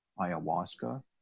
ayahuasca